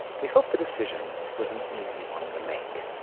we hope the decision was an easy one to make.